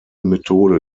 methode